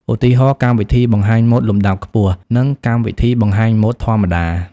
ឧទាហរណ៍ កម្មវិធីបង្ហាញម៉ូដលំដាប់ខ្ពស់ និងកម្មវិធីបង្ហាញម៉ូដធម្មតា។